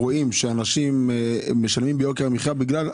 אנשים משלמים ביוקר המחיה בגלל זה.